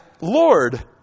Lord